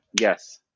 yes